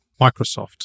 Microsoft